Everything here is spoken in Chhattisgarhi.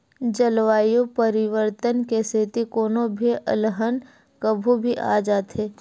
जलवायु परिवर्तन के सेती कोनो भी अलहन कभू भी आ जाथे